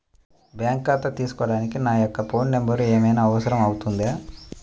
Bank ఖాతా తీసుకోవడానికి నా యొక్క ఫోన్ నెంబర్ ఏమైనా అవసరం అవుతుందా?